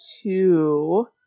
two